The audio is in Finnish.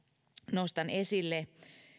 nostan esille